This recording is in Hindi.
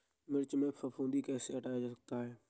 मिर्च में फफूंदी कैसे हटाया जा सकता है?